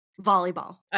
volleyball